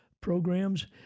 programs